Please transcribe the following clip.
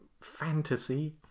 fantasy